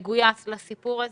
מגויס לסיפור הזה.